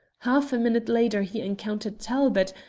half a minute later he encountered talbot,